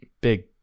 big